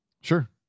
Sure